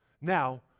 Now